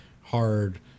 hard